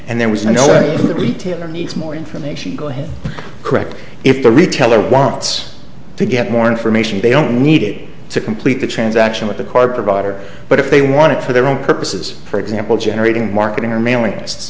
and there was no money in the retailer needs more information go ahead correct if the retailer wants to get more information they don't need it to complete the transaction with the card provider but if they want it for their own purposes for example generating marketing or mailing